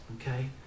okay